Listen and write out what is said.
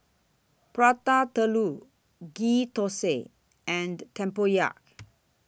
Prata Telur Ghee Thosai and Tempoyak